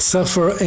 Suffer